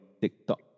TikTok